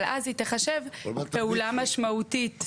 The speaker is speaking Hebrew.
אבל אז היא תיחשב פעולה משמעותית.